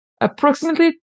Approximately